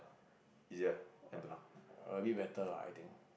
easier I don't know